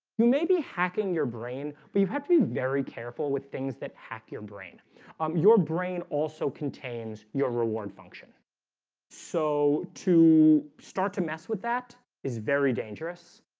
you may be hacking your brain, but you have to be very careful with things that hack your brain um your brain also contains your reward function so to start to mess with that is very dangerous.